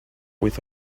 with